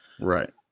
right